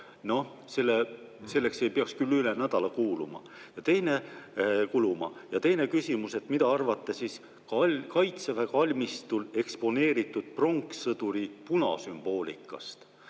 saab. Selleks ei peaks küll üle nädala kuluma. Ja teine küsimus: mida arvate Kaitseväe kalmistul eksponeeritud pronkssõduri punasümboolikast?